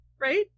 right